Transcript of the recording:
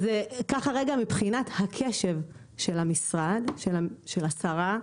אז ככה רגע מבחינת הקשב של המשרד, של השרה,